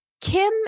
Kim